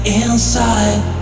inside